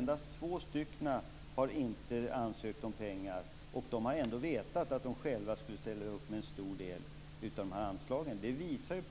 Endast två kommuner har inte ansökt om pengar. Dessa kommuner har ändå vetat att de måste ställa upp med en stor del av anslagen. Det här visar